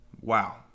Wow